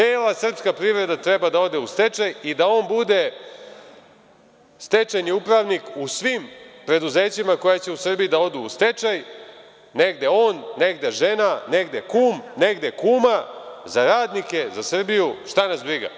Cela srpska privreda treba da ode u stečaj i da on bude stečajni upravnik u svim preduzećima koja će u Srbiji da odu u stečaj, negde on, negde žena, negde kum, negde kuma, za radnike, za Srbiju šta nas briga.